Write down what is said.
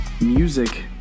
Music